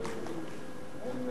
בהם,